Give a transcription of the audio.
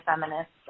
feminists